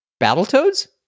Battletoads